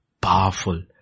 powerful